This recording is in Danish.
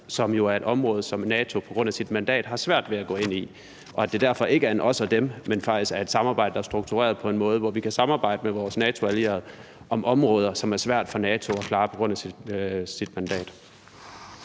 som jo er et område, som NATO på grund af sit mandat har svært ved at gå ind i, og at det derfor ikke er en »os og dem«, men at det faktisk er et samarbejde, der er struktureret på en måde, hvor vi kan samarbejde med vores NATO-allierede om områder, som er svære for NATO at klare på grund af sit mandat.